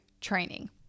training